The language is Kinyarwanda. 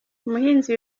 umuhinzi